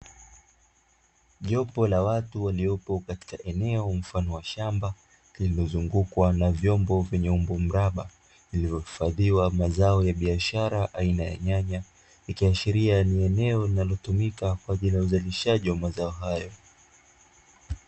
Jopo la watu waliopo katika eneo kubwa lenye kulima kilimo cha nyanya ikiwa ni eneo linalohisika katika uzalishaji wa mazao hayo